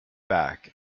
back